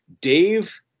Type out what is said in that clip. Dave